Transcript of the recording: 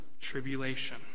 tribulation